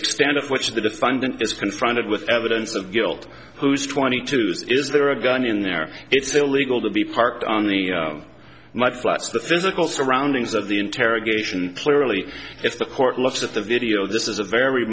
extent to which the defendant is confronted with evidence of guilt who's twenty two's is there a gun in there it's illegal to be parked on the mud flats the physical surroundings of the interrogation clearly if the court looks at the video this is a very